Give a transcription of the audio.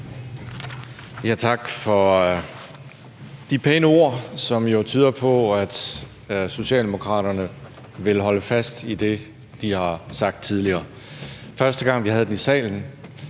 Tak for de pæne ord, som jo tyder på, at Socialdemokraterne vil holde fast i det, de har sagt tidligere. Første gang vi havde forslaget i salen,